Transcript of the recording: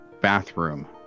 bathroom